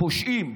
פושעים.